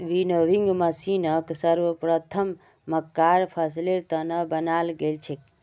winnowing मशीनक सर्वप्रथम मक्कार फसलेर त न बनाल गेल छेक